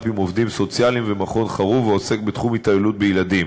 פעולה עם עובדים סוציאליים ומכון "חרוב" העוסק בתחום התעללות בילדים.